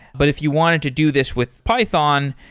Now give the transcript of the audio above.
but if you wanted to do this with python,